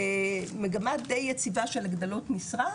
מגמה דיי יציבה של הגדלות משרד,